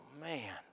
man